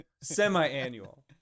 Semi-annual